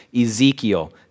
Ezekiel